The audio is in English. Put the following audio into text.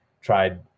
tried